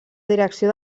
direcció